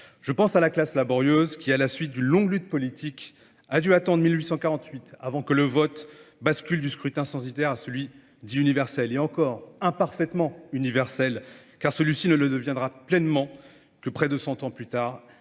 Je pense à la classe laborieuse qui, à la suite d'une longue lutte politique, a dû attendre 1848 avant que le vote bascule du scrutin sensitaire à celui dit universel, et encore, imparfaitement universel, car celui-ci ne le deviendra pleinement que près de 100 ans plus tard